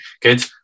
good